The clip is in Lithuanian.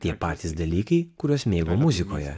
tie patys dalykai kuriuos mėgau muzikoje